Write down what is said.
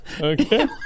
Okay